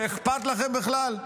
זה אכפת לכם בכלל?